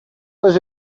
was